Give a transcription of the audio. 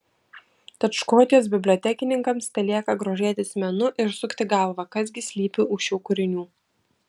tad škotijos bibliotekininkams telieka grožėtis menu ir sukti galvą kas gi slypi už šių kūrinių